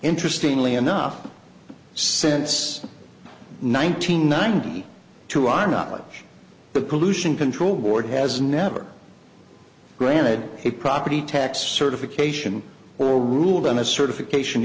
interesting only enough since nine hundred ninety two are not the pollution control board has never granted a property tax certification or ruled on a certification